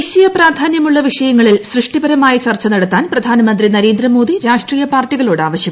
ദേശീയ പ്രാധാന്യമുളള വിഷയങ്ങളിൽ സൃഷ്ടിപരമായ ചർച്ച നടത്താൻ പ്രധാനമന്ത്രി നരേന്ദ്രമോദി രാഷ്ട്രീയ പാർട്ടികളോട് ആവശ്യപ്പെട്ടു